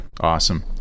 awesome